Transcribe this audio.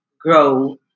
grow